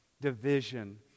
division